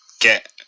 get